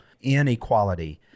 inequality